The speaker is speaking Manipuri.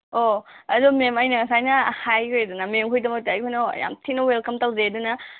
ꯑꯣ ꯑꯗꯣ ꯃꯦꯝ ꯑꯩꯅ ꯉꯁꯥꯏꯅ ꯍꯥꯏꯈ꯭ꯔꯦꯗꯅ ꯃꯦꯝꯈꯣꯏꯒꯤꯗꯃꯛꯇ ꯑꯩꯈꯣꯏꯅ ꯌꯥꯝ ꯊꯤꯅ ꯋꯦꯜꯀꯝ ꯇꯧꯖꯩ ꯑꯗꯨꯅ